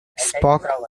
spock